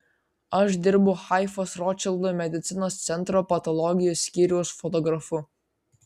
aš dirbu haifos rotšildo medicinos centro patologijos skyriaus fotografu